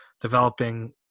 developing